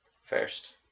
first